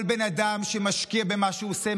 כל בן אדם שמשקיע במה שהוא עושה,